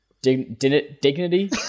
Dignity